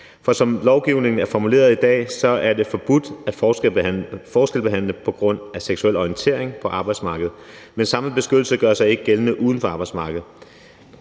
For som lovgivningen er formuleret i dag, er det forbudt at forskelsbehandle på grund af seksuel orientering, på arbejdsmarkedet, men samme beskyttelse gør sig ikke gældende uden for arbejdsmarkedet.